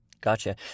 gotcha